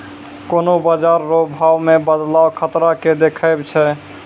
कोन्हों बाजार रो भाव मे बदलाव खतरा के देखबै छै